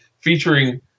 featuring